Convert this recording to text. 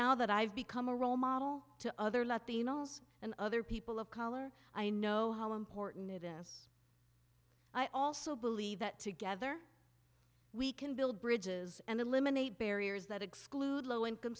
now that i've become a role model to other latino males and other people of color i know how important it is i also believe that together we can build bridges and eliminate barriers that exclude low income